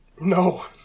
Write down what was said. No